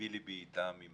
ליבי איתם עם